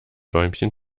däumchen